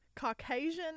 Caucasian